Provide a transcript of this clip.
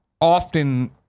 often